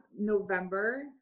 november